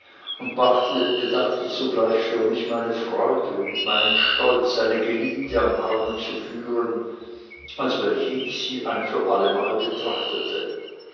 und bedachte zugleich für mich meine freude und meinen stolz eine geliebte am arme zu führen als welche ich sie ein für allemal betrachtete